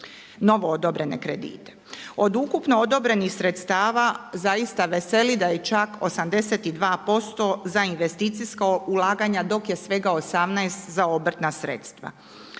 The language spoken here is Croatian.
Od ukupno odobrenih sredstava zaista veseli da je čak 82% za investicijska ulaganja dok je svega 18 za obrtna sredstva.